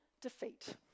defeat